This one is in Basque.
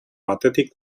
batetik